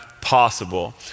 possible